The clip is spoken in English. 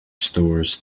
stores